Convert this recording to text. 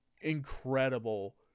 incredible